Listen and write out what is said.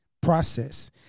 process